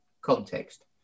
context